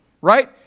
Right